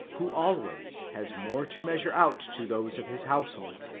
who always has more to measure out to those of his household.